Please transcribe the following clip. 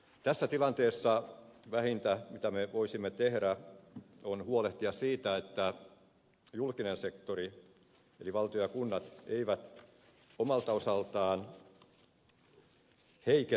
tässä tilanteessa vähintä mitä me voisimme tehdä on huolehtia siitä että julkinen sektori eli valtio ja kunnat eivät omalta osaltaan heikennä tilannetta